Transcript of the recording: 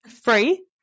free